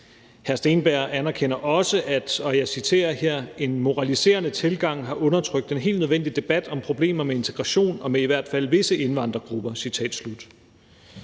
side 19 :»... at en moraliserende tilgang har undertrykt en helt nødvendig debat om problemer med integration og med i hvert fald visse indvandrergrupper.«